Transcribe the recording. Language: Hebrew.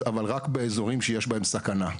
אבל רק באזורים שיש בהם סכנה.